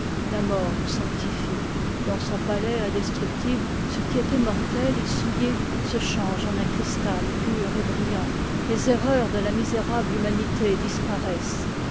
la mort nous sanctifie dans son palais indestructible ce qui était mortel et souillé se change en un cristal pur et brillant les erreurs de la misérable humanité disparaissent